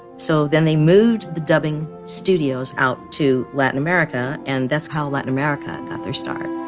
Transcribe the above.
so then they moved the dubbing studios out to latin america, and that's how latin america got their start